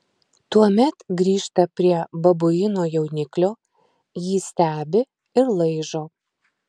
tuomet grįžta prie babuino jauniklio jį stebi ir laižo